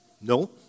No